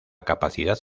capacidad